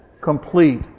complete